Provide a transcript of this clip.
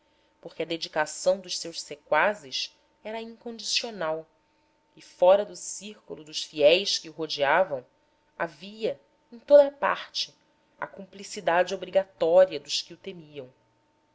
porque a dedicação dos seus sequazes era incondicional e fora do círculo dos fiéis que o rodeavam havia em toda a parte a cumplicidade obrigatória dos que o temiam